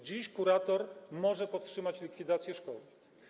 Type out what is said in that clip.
Dziś kurator może powstrzymać likwidację szkoły.